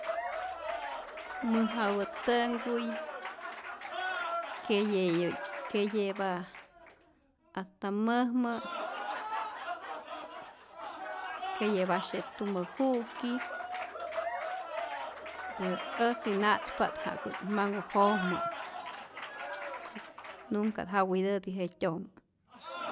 Mäjapä tä'nkuy keyeye keye'pä hasta mäjmë, keye'pasye tumä ju'ki, ä ät na'tzpa't ja'ku't manhu jojmä, nunca ja witäti't jetyojmä.